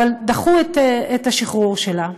דחו את השחרור שלה.